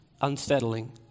unsettling